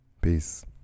Peace